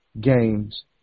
games